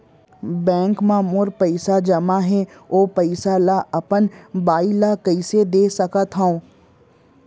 Bank म मोर पइसा जेमा हे, ओ पइसा ला अपन बाई ला कइसे दे सकत हव?